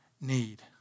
need